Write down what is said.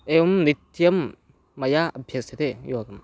एवं नित्यं मया अभ्यस्यते योगः